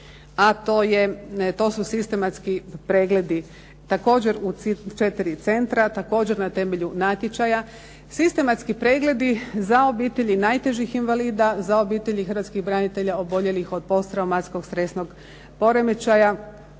a to su sistematski pregledi. Također u 4 centra, također na temelju natječaja. Sistematski pregledi za obitelji najtežih invalida, za obitelji hrvatskih branitelja oboljelih od posttraumatskog stresnog poremećaja